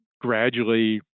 gradually